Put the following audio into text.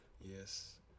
Yes